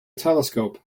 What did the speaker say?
telescope